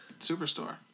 Superstore